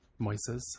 Moises